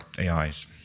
AIs